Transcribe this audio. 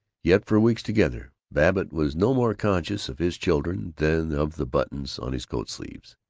yet for weeks together babbitt was no more conscious of his children than of the buttons on his coat-sleeves.